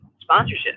sponsorship